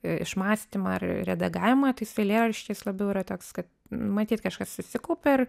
išmąstymą ir redagavimą tai su eilėraščiais labiau yra toks kad matyt kažkas susikaupia ar